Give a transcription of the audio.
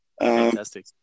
Fantastic